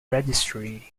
registry